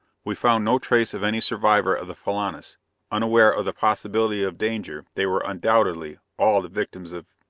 we found no trace of any survivor of the filanus unaware of the possibility of danger, they were undoubtedly, all the victims of.